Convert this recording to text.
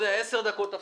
דקות הפסקה.